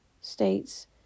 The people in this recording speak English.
states